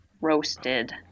roasted